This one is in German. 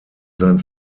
sein